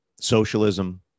socialism